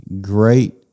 great